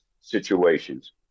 situations